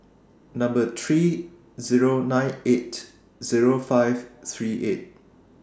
three Zero nine eight Zero five three eight